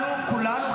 מה הבעיה עם זה?